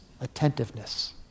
Attentiveness